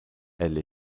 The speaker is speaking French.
elle